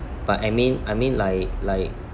but I mean I mean like like